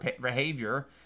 behavior